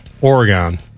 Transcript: Oregon